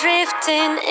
Drifting